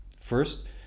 First